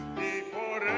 the board